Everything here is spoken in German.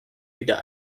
wieder